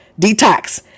detox